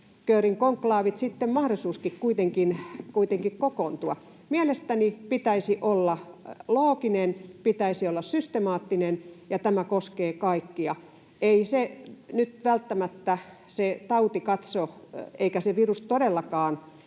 köörin konklaavien sitten mahdollista kuitenkin kokoontua. Mielestäni pitäisi olla looginen, pitäisi olla systemaattinen. Tämä koskee kaikkia. Ei se tauti nyt välttämättä katso eikä se virus todellakaan